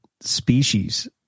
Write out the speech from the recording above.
species